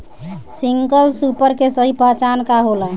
Single super के सही पहचान का होला?